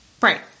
Right